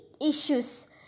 issues